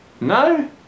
No